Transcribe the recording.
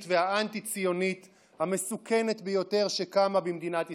והאנטי-ציונית המסוכנת ביותר שקמה במדינת ישראל.